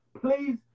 Please